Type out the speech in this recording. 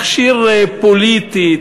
מכשיר פוליטי,